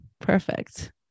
perfect